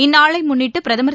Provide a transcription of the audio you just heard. இந்நாளைமுன்னிட்டுபிரதமர்